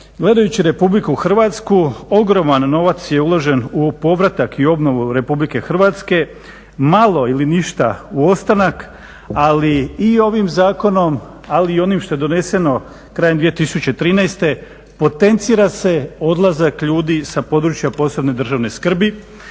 gledajući Republiku Hrvatsku ogroman novac je uložen u povratak i obnovu Republike Hrvatske, malo ili ništa u ostanak ali i ovim zakonom ali i onim što je doneseno krajem 2013. potencira se odlazak ljudi sa područja od posebne državne skrbi,